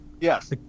Yes